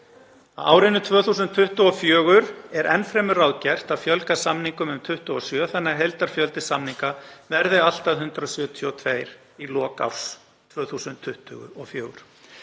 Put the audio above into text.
árinu 2024 er enn fremur ráðgert að fjölga samningum um 27 þannig að heildarfjöldi samninga verði allt að 172 í árslok 2024.